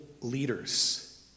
leaders